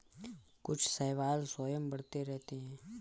कुछ शैवाल स्वयं बढ़ते रहते हैं